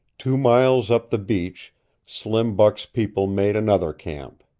two miles up the beach slim buck's people made another camp.